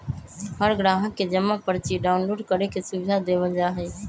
हर ग्राहक के जमा पर्ची डाउनलोड करे के सुविधा देवल जा हई